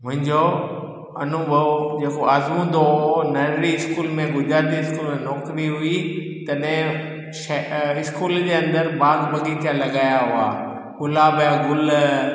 मुंहिंजो अनुभव जेको आज़मुंदो हुओ नंढिड़ी स्कूल में गुजराती स्कूल में नौकिरी हुई तॾहिं श स्कूल जे अंदरि बाग़ बाग़ीचा लॻायां हुआ गुलाब जा गुल